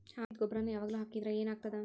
ಹಾಕಿದ್ದ ಗೊಬ್ಬರಾನೆ ಯಾವಾಗ್ಲೂ ಹಾಕಿದ್ರ ಏನ್ ಆಗ್ತದ?